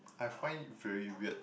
I find it very weird